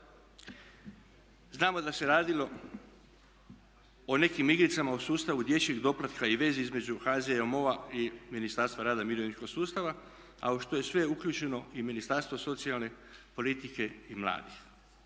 Znamo da se radilo o nekim igricama u sustavu dječjeg doplatka i vezi između HZMO-a i Ministarstva rada i mirovinskog sustava a u što je sve uključeno i Ministarstvo socijalne politike i mladih.